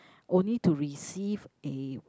only to receive a